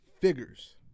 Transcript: Figures